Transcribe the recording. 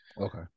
okay